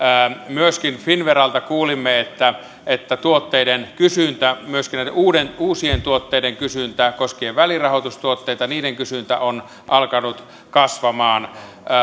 myöskin finnveralta kuulimme että että tuotteiden kysyntä myöskin näiden uusien tuotteiden kysyntä koskien välirahoitustuotteita on alkanut kasvamaan